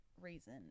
reason